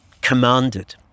commanded